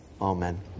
Amen